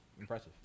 impressive